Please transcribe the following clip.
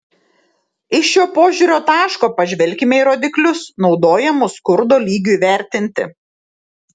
iš šio požiūrio taško pažvelkime į rodiklius naudojamus skurdo lygiui vertinti